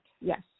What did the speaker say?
yes